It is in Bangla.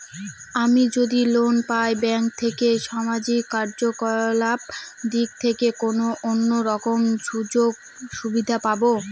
আমি যদি লোন পাই ব্যাংক থেকে সামাজিক কার্যকলাপ দিক থেকে কোনো অন্য রকম সুযোগ সুবিধা পাবো?